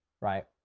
right